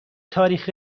تاریخ